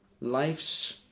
life's